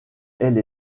elle